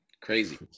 Crazy